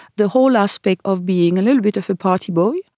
the whole aspect of being a little bit of a party boy.